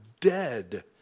dead